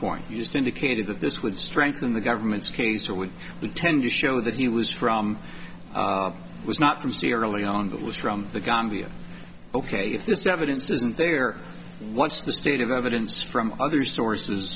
point you just indicated that this would strengthen the government's case or would we tend to show that he was from was not from sierra leone that was from the gambia ok if this evidence isn't there what's the state of evidence from other stores